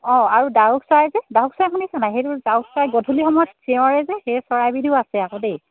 অঁ আৰু ডাউক চৰাই যে ডাউক চৰাই শুনিছে নাই সেইটো ডাউক চৰাই গধূলি সময়ত চিঞৰে যে সেই চৰাইবিধো আছে আকৌ দেই